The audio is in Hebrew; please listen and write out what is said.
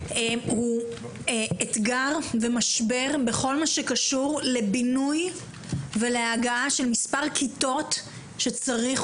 הוא אתגר ומשבר בכל הקשור לבינוי ולכיסוי מספר הכיתות שצריך